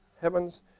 Heaven's